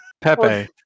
Pepe